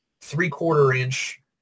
three-quarter-inch